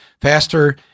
faster